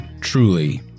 truly